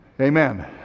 Amen